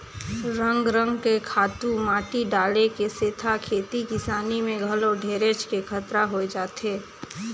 रंग रंग के खातू माटी डाले के सेथा खेती किसानी में घलो ढेरेच के खतरा होय जाथे